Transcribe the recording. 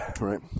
right